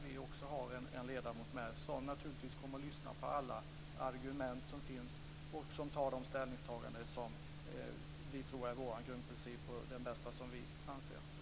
Vi har en ledamot med där som naturligtvis kommer att lyssna på alla argument som finns och som tar det ställningstagande som vi tror är vår grundprincip och som vi anser är det bästa.